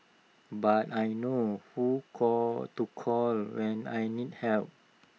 but I know who call to call when I need help